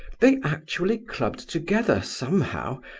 they actually clubbed together, somehow,